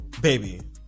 baby